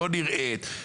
לא נראית,